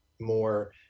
more